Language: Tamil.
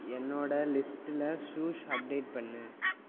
என்னோட லிஸ்ட்டில் ஷூஸ் அப்டேட் பண்ணு